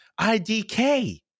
IDK